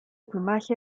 plumaje